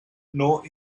nor